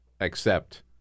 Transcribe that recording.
accept